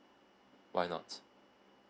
why not